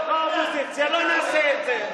בתוך האופוזיציה לא נעשה את זה.